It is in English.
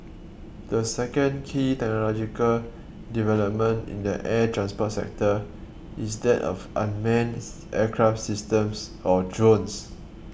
the second key technological development in the air transport sector is that of unmanned aircraft systems or drones